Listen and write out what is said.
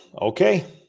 Okay